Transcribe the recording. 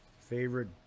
Favorite